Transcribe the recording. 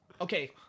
Okay